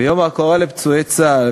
ביום ההוקרה לפצועי צה"ל,